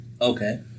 Okay